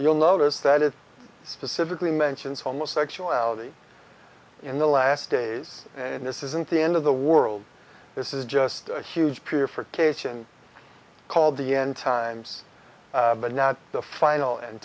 you'll notice that it specifically mentions homosexuality in the last days and this isn't the end of the world this is just a huge purification called the end times but not the final end